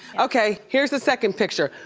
okay, here's the second picture.